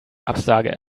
absage